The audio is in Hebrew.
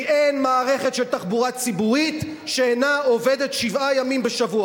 כי אין מערכת של תחבורה ציבורית שאינה עובדת שבעה ימים בשבוע.